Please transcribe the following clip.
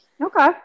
Okay